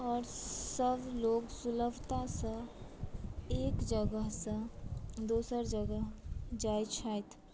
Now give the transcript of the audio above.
आओर सभ लोक सुलभतासँ एक जगहसँ दोसर जगह जाइत छथि